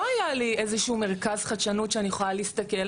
לא היה לי איזשהו מרכז חדשנות שאני יכולה להסתכל.